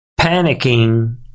panicking